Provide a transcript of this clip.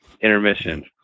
intermission